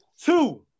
Two